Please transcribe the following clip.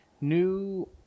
new